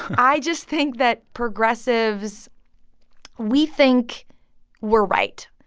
i just think that progressives we think we're right.